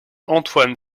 antoine